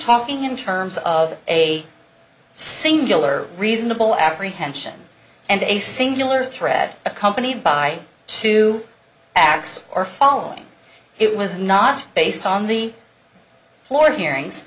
talking in terms of a singular reasonable apprehension and a singular threat accompanied by two acts or following it was not based on the floor hearings